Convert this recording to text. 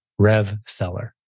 RevSeller